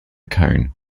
cone